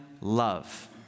love